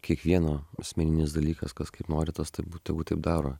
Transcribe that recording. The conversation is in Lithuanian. kiekvieno asmeninis dalykas kas kaip nori tas tabu tegu taip daro